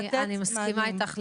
אני מסכימה איתך לגמרי.